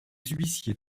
huissiers